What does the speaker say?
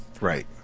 Right